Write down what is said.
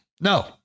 No